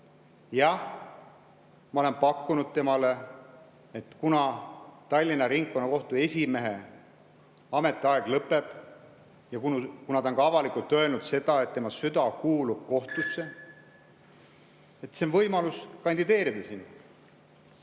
Jah, ma olen pakkunud talle, kuna Tallinna Ringkonnakohtu esimehe ametiaeg lõpeb ja kuna ta on ka avalikult öelnud, et tema süda kuulub kohtusse, et on võimalus sinna kandideerida.